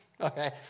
Okay